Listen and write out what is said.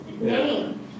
name